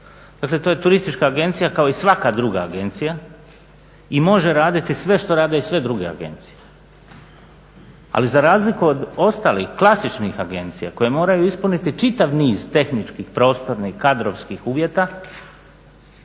dakle, to je turistička agencija kao i svaka druga agencija i može raditi i sve što rade neke druge agencije. Ali za razliku od ostalih, klasičnih agencija koje moraju ispuniti čitav niz tehničkih, prostornih i kadrovskih uvjeta,